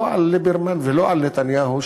לא על ליברמן ולא על נתניהו,